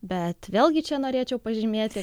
bet vėlgi čia norėčiau pažymėti